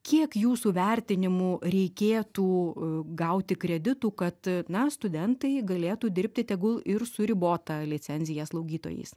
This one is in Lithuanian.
kiek jūsų vertinimu reikėtų gauti kreditų kad na studentai galėtų dirbti tegul ir su ribota licenzija slaugytojais